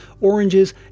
oranges